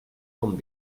bon